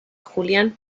julián